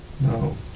No